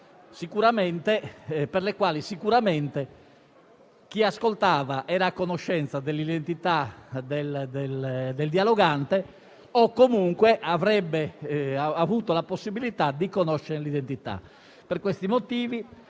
quelle per le quali sicuramente chi ascoltava era a conoscenza dell'identità del dialogante o comunque avrebbe avuto la possibilità di conoscerne l'identità. Per questi motivi,